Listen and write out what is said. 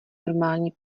normální